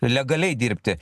legaliai dirbti